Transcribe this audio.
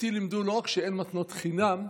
אותי לימדו לא רק שאין מתנות חינם,